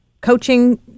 coaching